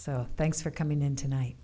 so thanks for coming in tonight